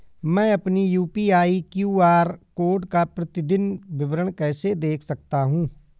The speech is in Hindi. मैं अपनी यू.पी.आई क्यू.आर कोड का प्रतीदीन विवरण कैसे देख सकता हूँ?